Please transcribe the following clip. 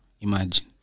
Imagine